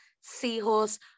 seahorse